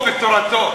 בתורתו.